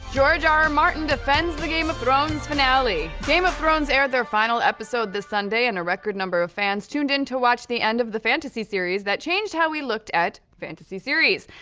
george r r. martin defends the game of thrones finale. game of thrones aired their final episode this sunday and a record number of fans tuned in to watch the end of the fantasy series that changed how we looked at fantasy series.